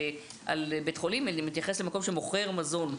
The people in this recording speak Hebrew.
בית חולים אלא מתייחס למקום שמוכר מזון,